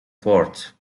fort